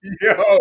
Yo